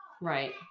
right